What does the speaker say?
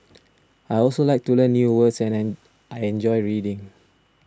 I also like to learn new words and I I enjoy reading